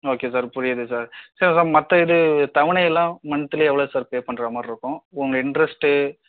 okay sir புரியுது sir sir மற்றயிது தவணைலாம் மன்த்லி எவ்வளோ சார் பே பண்ணுற மாருக்கும் உங்க இன்ட்ரஸ்ட்